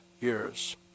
years